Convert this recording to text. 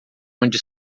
onde